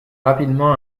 rapidement